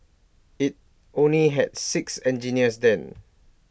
IT only had six engineers then